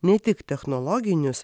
ne tik technologinius